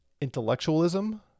Intellectualism